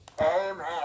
Amen